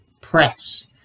press